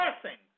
blessings